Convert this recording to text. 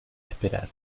esperar